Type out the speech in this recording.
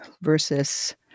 versus